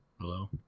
Hello